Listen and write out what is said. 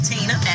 Tina